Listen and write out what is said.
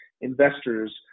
investors